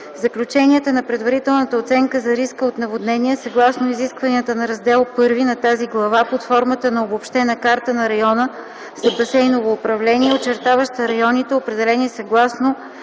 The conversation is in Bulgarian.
заключенията на предварителната оценка за риска от наводнения съгласно изискванията на Раздел І на тази глава под формата на обобщена карта на района за басейново управление, очертаваща районите, определени съгласно